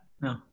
No